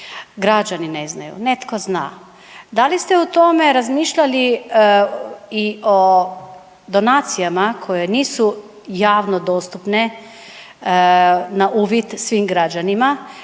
građani ne znaju, netko zna. Da li ste o tome razmišljali i o donacijama koje nisu javno dostupne na uvid svim građanima